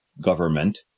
government